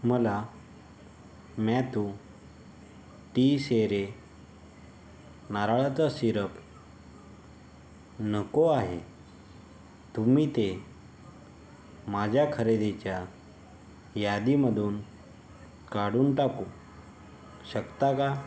मला Mathieu Teisseire नारळाचं syrup नको आहे तुम्ही ते माझ्या खरेदीच्या यादीमधून काढून टाकू शकता का